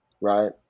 right